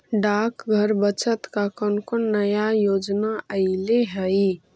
डाकघर बचत का कौन कौन नया योजना अइले हई